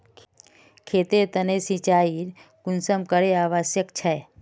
खेतेर तने सिंचाई कुंसम करे आवश्यक छै?